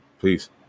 peace